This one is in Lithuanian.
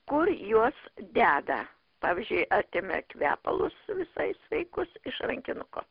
kur juos deda pavyzdžiui atėmė kvepalus visai sveikus iš rankinuko